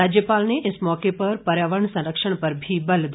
राज्यपाल इस मौके पर पर्यावरण संरक्षण पर भी बल दिया